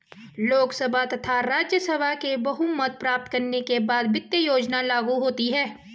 लोकसभा तथा राज्यसभा में बहुमत प्राप्त करने के बाद वित्त योजना लागू होती है